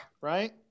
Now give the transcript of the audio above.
right